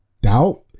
doubt